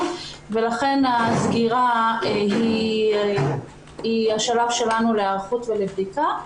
ולכן הסגירה היא השלב שלנו להיערכות ולבדיקה,